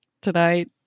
tonight